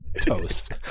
toast